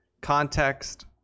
context